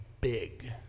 big